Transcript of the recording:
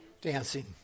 dancing